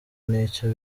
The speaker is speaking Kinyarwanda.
n’icyo